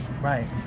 Right